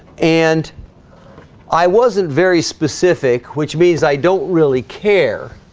and i wasn't very specific, which means i don't really care